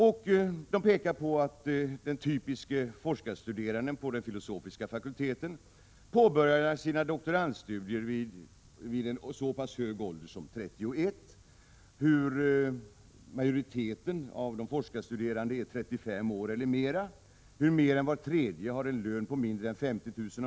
Vidare sägs, att den typiske forskarstuderande på den filosofiska fakulteten påbörjar sina doktorandstudier vid en så pass hög ålder som 31 år, att majoriteten av de forskarstuderande är 35 år eller mer, att mer än var tredje har en lön på mindre än 50 000 kr.